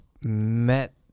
met